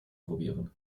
probieren